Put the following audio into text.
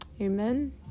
Amen